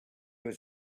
was